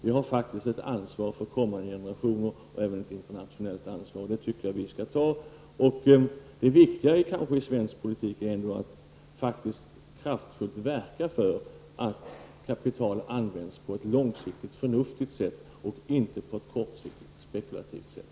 Vi har ett ansvar för kommande generationer och även ett internationellt ansvar, och det tycker jag att vi skall ta. Det viktiga i svensk politik är kanske ändå att kraftfullt verka för att kapital används på ett långsiktigt förnuftigt sätt och inte på ett kortsiktigt spekulativt sätt.